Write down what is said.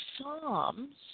Psalms